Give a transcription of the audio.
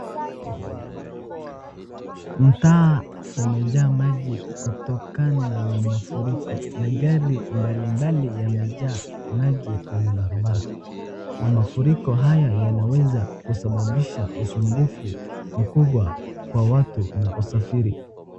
Mtaa umejaa maji kutokana na mafuriko. Magari mbalimbali yamejaa maji kwenye barabara. Na mafuriko haya yanaweza kusababisha usumbufu mkubwa kwa watu na usafiri.